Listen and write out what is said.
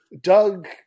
doug